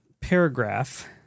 paragraph